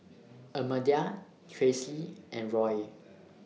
Almedia Traci and Roy